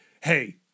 hey